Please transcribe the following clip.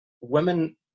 women